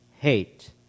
hate